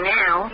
now